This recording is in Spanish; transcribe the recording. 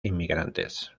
inmigrantes